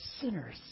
sinners